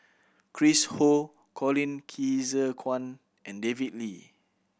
Chris Ho Colin Qi Zhe Quan and David Lee